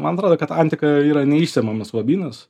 man atrodo kad antika yra neišsemiamas lobynas